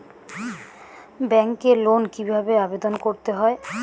ব্যাংকে লোন কিভাবে আবেদন করতে হয়?